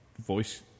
voice